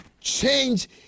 change